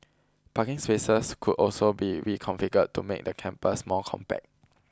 parking spaces could also be reconfigured to make the campus more compact